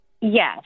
Yes